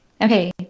Okay